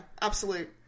absolute